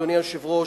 אדוני היושב-ראש,